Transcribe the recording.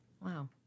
Wow